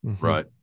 Right